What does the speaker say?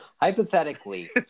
Hypothetically